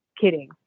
kidding